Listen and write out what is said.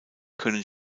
können